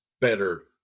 better